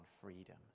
freedom